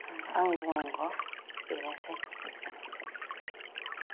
आंनि बुंनांगौआ बेनोसै एसेनोसै